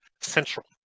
central